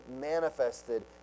manifested